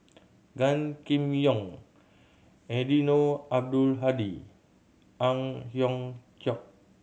Gan Kim Yong Eddino Abdul Hadi Ang Hiong Chiok